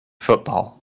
football